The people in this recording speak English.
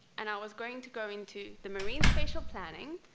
and i was going to go into the marine spatial planning,